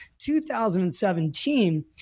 2017